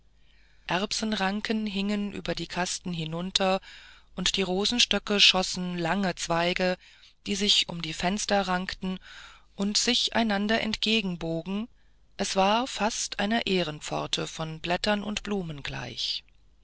erbsenranken hingen über die kasten hinunter und die rosenstöcke schossen lange zweige die sich um die fenster rankten und sich einander entgegenbogen es war fast einer ehrenpforte von blättern und blumen gleich